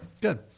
Good